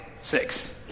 Six